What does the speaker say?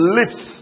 lips